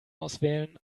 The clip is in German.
auswählen